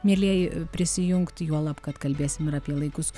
mielieji prisijungti juolab kad kalbėsim ir apie laikus